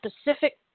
specific